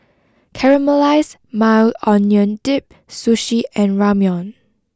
Caramelized Maui Onion Dip Sushi and Ramyeon